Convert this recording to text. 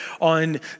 on